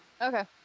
Okay